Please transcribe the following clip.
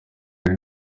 hari